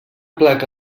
placa